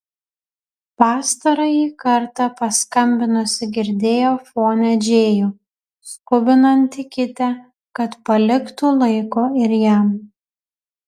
pastarąjį kartą paskambinusi girdėjo fone džėjų skubinantį kitę kad paliktų laiko ir jam